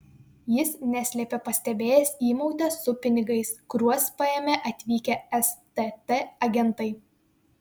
jis neslėpė pastebėjęs įmautę su pinigais kuriuos paėmė atvykę stt agentai